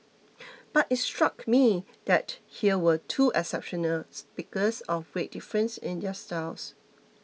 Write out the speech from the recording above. but it struck me that here were two exceptional speakers of great difference in their styles